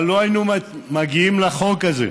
אבל לא היינו מגיעים לחוק הזה,